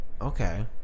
Okay